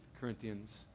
Corinthians